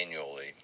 annually